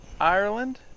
Ireland